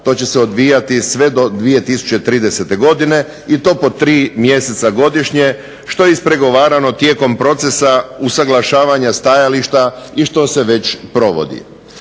to će se odvijati sve do 2030. godine i to po 3 mjeseca godišnje što je ispregovarano tijekom procesa usaglašavanja stajališta i što se već provodi.